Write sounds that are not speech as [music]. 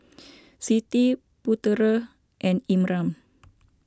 [noise] Siti Putera and Imran